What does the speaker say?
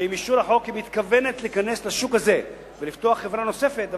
שעם אישור החוק היא מתכוונת להיכנס לשוק הזה ולפתוח חברה נוספת,